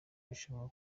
rushanwa